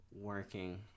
working